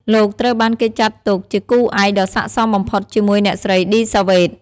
លោកត្រូវបានគេចាត់ទុកជាគូឯកដ៏ស័ក្តិសមបំផុតជាមួយអ្នកស្រី ឌី សាវ៉េត។